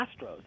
Astros